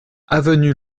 avenue